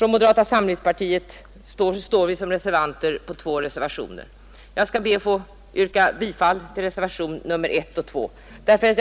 Moderata samlingspartiet står bakom två reservationer. Jag skall be att få yrka bifall till reservationerna A 1 och A 2 vid punkten 1.